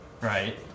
right